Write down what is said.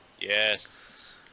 Yes